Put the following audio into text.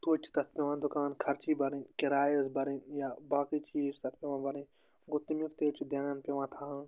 توتہِ چھِ تَتھ پیٚوان دُکان خرچی بھرٕنۍ کِراے حظ بھرٕنۍ یا باقٕے چیٖز چھِ تَتھ پیٚوان بھرٕنۍ گوٚو تمیٛک تہِ حظ چھُ دھیٛان پیٚوان تھاوُن